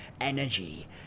energy